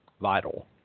vital